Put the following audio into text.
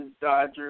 Dodger